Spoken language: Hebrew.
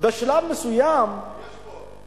בשלב מסוים, יש פה.